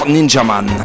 Ninjaman